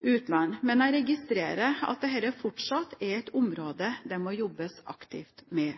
utland, men jeg registrerer at dette fortsatt er et område det må jobbes aktivt med.